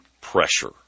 pressure